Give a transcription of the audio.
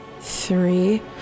three